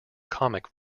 comic